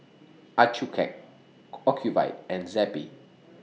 Accucheck Ocuvite and Zappy